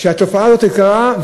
שהתופעה הזאת קרתה,